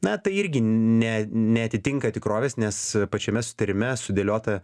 na tai irgi ne neatitinka tikrovės nes pačiame susitarime sudėliota